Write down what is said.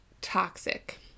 toxic